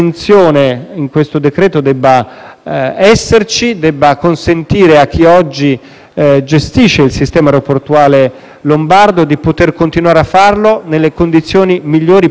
esserci e debba consentire a chi oggi gestisce il sistema aeroportuale lombardo di poter continuare a farlo nelle condizioni migliori possibili, tenuto conto di quanto sta